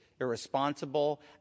irresponsible